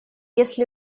если